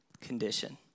condition